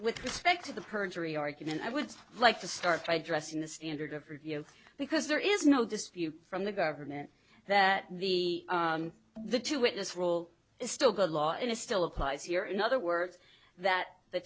with respect to the perjury argument i would like to start by dressin the standard of review because there is no dispute from the government that the the two witness rule is still good law and it still applies here in other words that the